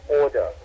order